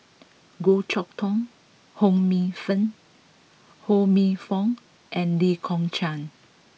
Goh Chok Tong Ho Minfong and Lee Kong Chian